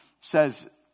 says